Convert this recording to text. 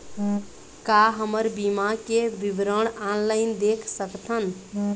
का हमर बीमा के विवरण ऑनलाइन देख सकथन?